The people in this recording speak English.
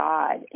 God